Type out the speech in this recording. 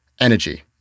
Energy